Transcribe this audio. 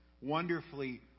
wonderfully